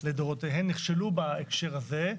לדורותיהן נכשלו בהקשר הזה.